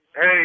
hey